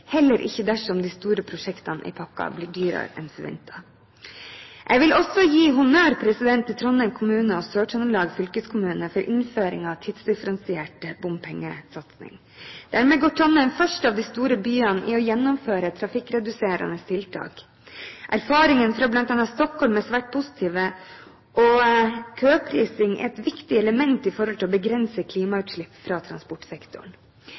heller ikke dersom de store prosjektene i pakken blir dyrere enn forventet. Jeg vil også gi honnør til Trondheim kommune og Sør-Trøndelag fylkeskommune for innføring av tidsdifferensierte bompengesatser. Dermed blir Trondheim først av de store byene til å gjennomføre trafikkreduserende tiltak. Erfaringene fra bl.a. Stockholm er svært positive, og køprising er et viktig element for å begrense klimautslipp fra transportsektoren.